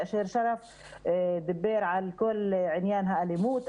כאשר שרף דיבר על עניין האלימות,